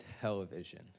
television